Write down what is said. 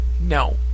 No